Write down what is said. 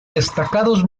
destacados